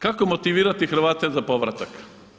Kako motivirati Hrvate za povratak?